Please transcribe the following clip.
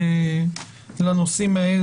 שניסוח הסעיף של התקנות יגדיר בצורה